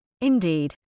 Indeed